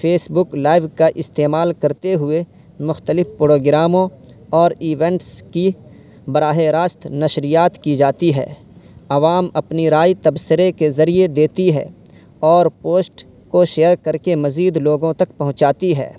face بک live کا استعمال کرتے ہوئے مختلف پروگراموں اور ایوینٹس کی براہ راست نشریات کی جاتی ہے عوام اپنی رائے تبصرے کے ذریعے دیتی ہے اور پوسٹ کو شیئر کر کے مزید لوگوں تک پہنچاتی ہے